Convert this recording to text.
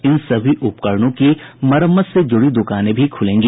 इन सभी उपकरणों की मरम्मत से जुड़ी दुकानें भी खुलेंगी